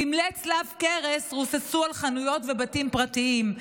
סמלי צלב קרס רוססו על חנויות ובתים פרטיים,